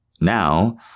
Now